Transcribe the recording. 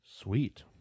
Sweet